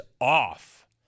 off